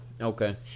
Okay